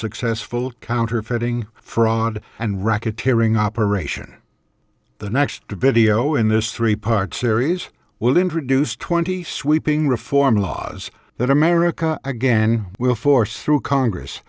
successful counterfeiting fraud and racketeering operation the next to biddy o in this three part series will introduce twenty sweeping reform laws that america again will force through congress